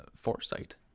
foresight